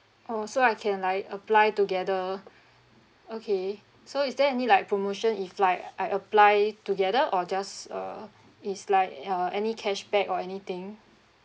oh so I can like apply together okay so is there any like promotion if like I apply it together or just uh is like uh any cashback or anything